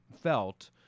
felt